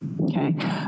okay